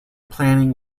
planning